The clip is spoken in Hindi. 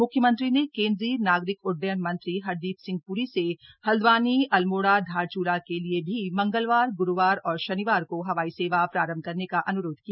मुख्यमंत्री श्री ने केन्द्रीय नागरिक उड्डयन मंत्री हरदीप सिंह पूरी से हल्द्वानी अल्मोड़ा धारचूला के लिए भी मंगलवार ग्रूवार और शनिवार को हवाई सेवा प्रारम्भ करने का अनुरोध किया